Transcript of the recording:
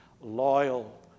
loyal